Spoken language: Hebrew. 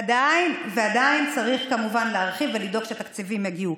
עדיין צריך כמובן להרחיב ולדאוג שהתקציבים יגיעו.